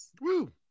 Woo